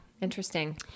Interesting